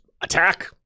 attack